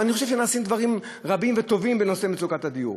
ואני חושב שנעשים דברים רבים וטובים בנושא מצוקת הדיור,